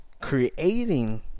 creating